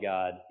God